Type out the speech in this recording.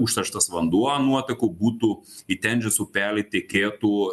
užterštas vanduo nuotakų būtų į tenžės upelį tekėtų